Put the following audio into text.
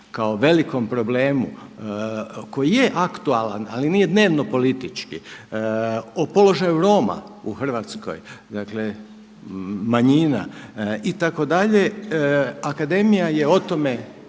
kao velikom problemu koji je aktualan ali nije dnevno politički, o položaju Roma u Hrvatskoj, manjina itd. akademija je o tome